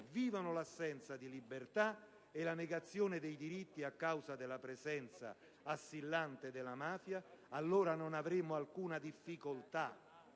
vivono l'assenza di libertà e la negazione dei diritti a causa della presenza assillante della mafia, allora non avremmo alcuna difficoltà